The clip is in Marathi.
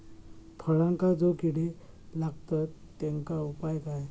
फळांका जो किडे लागतत तेनका उपाय काय?